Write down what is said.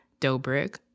Dobrik